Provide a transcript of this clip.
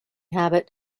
habit